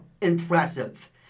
impressive